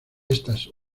estas